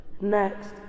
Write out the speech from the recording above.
next